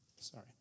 Sorry